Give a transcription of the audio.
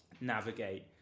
navigate